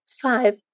five